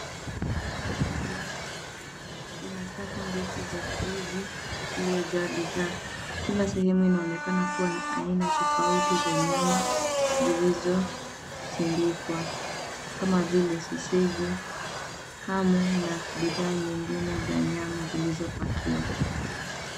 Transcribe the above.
Duka kubwa ina safu ndefu za friji lililo jaa bidhaa. Kila sehemu inaonekana kuwa na aina tofauti za nyama zilizo sindikwa kama vile soseji, hamu na bidhaa nyingine za nyama zilizo pakiwa.